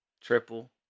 Triple